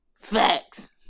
Facts